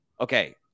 okay